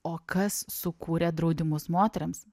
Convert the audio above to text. o kas sukūrė draudimus moterims